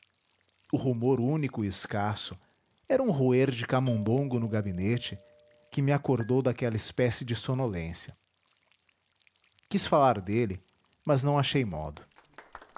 o rumor único e escasso era um roer de camundongo no gabinete que me acordou daquela espécie de sonolência quis falar dele mas não achei modo